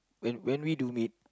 when when we do meet